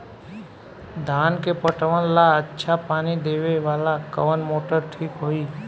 धान के पटवन ला अच्छा पानी देवे वाला कवन मोटर ठीक होई?